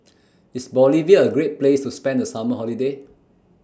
IS Bolivia A Great Place to spend The Summer Holiday